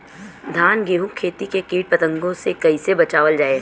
धान गेहूँक खेती के कीट पतंगों से कइसे बचावल जाए?